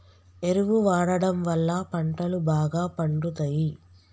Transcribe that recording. ఎరువు వాడడం వళ్ళ పంటలు బాగా పండుతయి